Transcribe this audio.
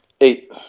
Eight